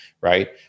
right